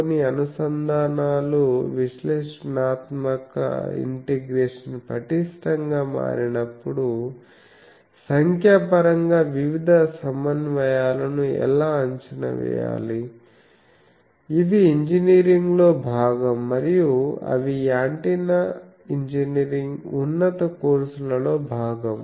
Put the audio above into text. కొన్ని అనుసంధానాలు విశ్లేషణాత్మక ఇంటిగ్రేషన్ పటిష్టంగా మారినప్పుడు సంఖ్యాపరంగా వివిధ సమన్వయాలను ఎలా అంచనా వేయాలి అవి ఇంజనీరింగ్లో భాగం మరియు అవి యాంటెన్నా ఇంజనీరింగ్ ఉన్నత కోర్సులలో భాగం